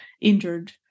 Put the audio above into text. injured